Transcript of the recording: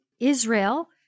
Israel